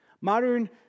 Modern